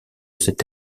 cet